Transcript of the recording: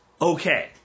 okay